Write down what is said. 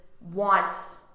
wants